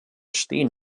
stehen